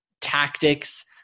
tactics